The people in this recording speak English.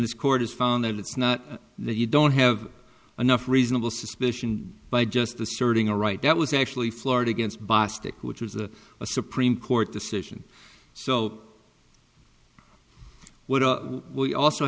this court has found that it's not that you don't have enough reasonable suspicion by just the sorting a right that was actually florida against bostic which was a supreme court decision so what we also